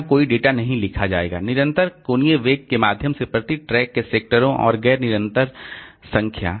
वहाँ कोई डेटा नहीं लिखा जाएगा निरंतर कोणीय वेग के माध्यम से प्रति ट्रैक के सेक्टरों की गैर निरंतर संख्या